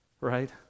right